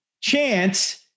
chance